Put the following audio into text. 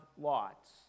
lots